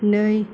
नै